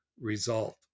result